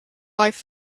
life